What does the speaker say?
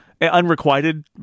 unrequited